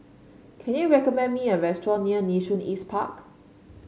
can you recommend me a restaurant near Nee Soon East Park